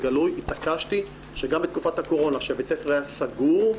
התעקשתי שגם בתקופת הקורונה כשבית הספר היה סגור,